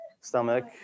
stomach